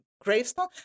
gravestone